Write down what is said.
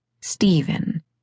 Stephen